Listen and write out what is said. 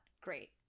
great